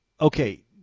Okay